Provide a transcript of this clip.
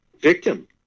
victim